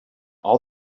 all